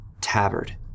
tabard